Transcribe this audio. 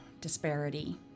disparity